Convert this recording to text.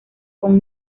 con